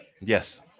Yes